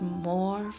more